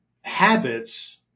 Habits